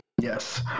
Yes